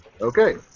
Okay